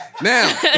Now